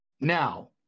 Now